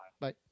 Bye